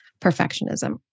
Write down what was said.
perfectionism